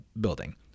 building